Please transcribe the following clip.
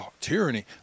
tyranny